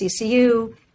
CCU